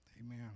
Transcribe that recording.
amen